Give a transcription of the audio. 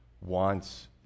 Wants